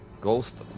ghost